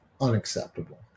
unacceptable